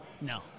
No